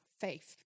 faith